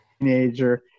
teenager